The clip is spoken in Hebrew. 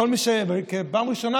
פעם ראשונה,